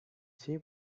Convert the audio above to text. see